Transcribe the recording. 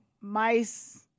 mice